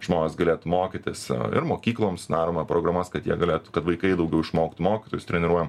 žmonės galėtų mokytis ir mokykloms darome programas kad jie galėtų kad vaikai daugiau išmoktų mokytojus treniruojam